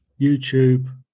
YouTube